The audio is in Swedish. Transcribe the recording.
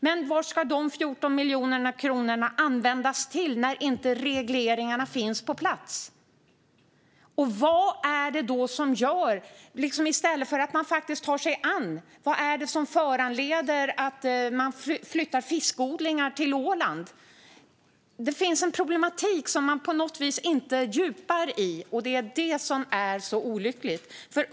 Men vad ska de 14 miljoner kronorna användas till när regleringarna inte finns på plats? Vad är det som gör att man inte tar sig an det här? Och vad är det som föranleder att fiskodlingar flyttas till Åland? Det finns en problematik som man inte fördjupar sig i. Det är olyckligt.